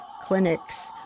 clinics